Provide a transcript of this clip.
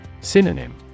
Synonym